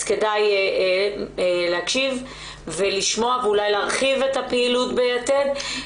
אז כדאי להקשיב ,לשמוע ואולי להרחיב את הפעילות ב"יתד".